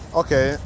okay